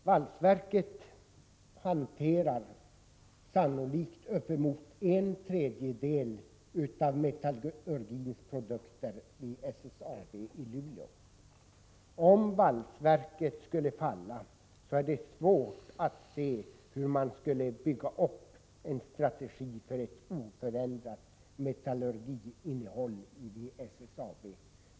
Valsverket hanterar sannolikt uppemot en tredjedel av metallurgins produkter vid SSAB i Luleå. Om valsverket skulle falla, är det svårt att se hur man skulle kunna bygga upp en strategi för ett oförändrat metallurgiskt innehåll i SSAB.